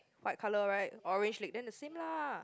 white colour right orange leg then the same lah